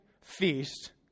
feast